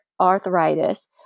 arthritis